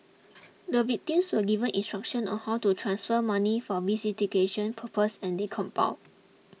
the victims were given instructions on how to transfer money for visiting cation purposes and they complied